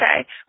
okay